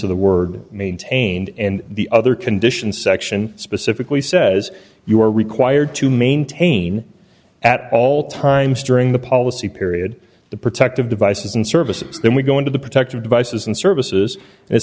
of the word maintained and the other condition section specifically says you are required to maintain at all times during the policy period the protective devices and services then we go into the protective devices and services